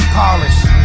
polished